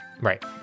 Right